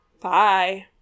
Bye